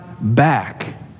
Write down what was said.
back